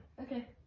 Okay